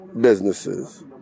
businesses